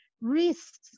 risks